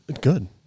Good